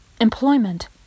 employment